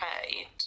paid